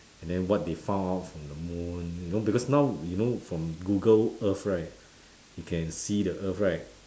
and then what they found out from the moon you know because now we know from google earth right you can see the earth right